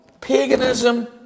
paganism